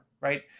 right